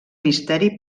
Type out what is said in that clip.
misteri